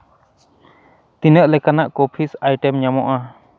ᱛᱤᱱᱟᱹᱜ ᱞᱮᱠᱟᱱᱟᱜ ᱠᱚᱯᱷᱤᱥ ᱟᱭᱴᱮᱢ ᱧᱟᱢᱚᱜᱼᱟ